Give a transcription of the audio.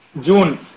June